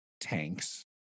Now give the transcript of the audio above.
tanks